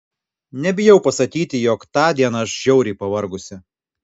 nebijau pasakyti jog tądien aš žiauriai pavargusi